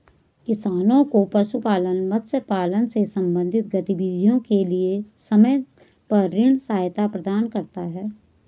किसानों को पशुपालन, मत्स्य पालन से संबंधित गतिविधियों के लिए समय पर ऋण सहायता प्रदान करता है